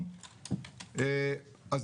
אנחנו פשוט במסחרה תמידית.